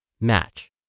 match